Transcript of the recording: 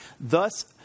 Thus